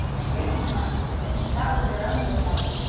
if they could not keep him that was their own lookout.